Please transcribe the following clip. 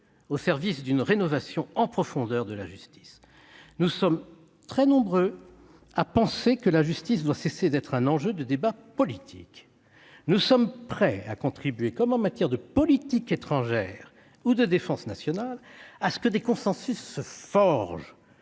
au service d'une rénovation en profondeur de la justice. Nous sommes très nombreux ici à penser que la justice doit cesser d'être un enjeu de débat politique. Nous sommes prêts à contribuer, comme en matière de politique étrangère ou de défense nationale, à ce que des consensus se forgent